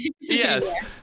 yes